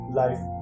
life